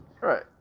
Right